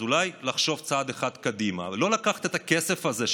אז אולי לחשוב צעד אחד קדימה ולא לקחת את הכסף הזה,